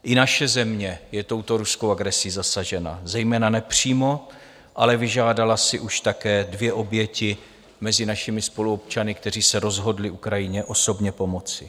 I naše země je touto ruskou agresí zasažena, zejména nepřímo, ale vyžádala si už také dvě oběti mezi našimi spoluobčany, kteří se rozhodli Ukrajině osobně pomoci.